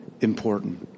important